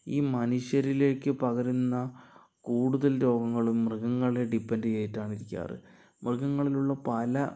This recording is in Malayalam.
ഈ മനുഷ്യരിലേക്കു പകരുന്ന കൂടുതൽ രോഗങ്ങളും മൃഗങ്ങളെ ഡിപ്പെൻഡ് ചെയ്തിട്ടാണ് ഇരിക്കാറ് മൃഗങ്ങളിൽ നിന്നും പല